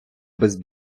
без